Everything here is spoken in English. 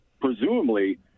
presumably